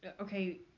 Okay